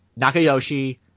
Nakayoshi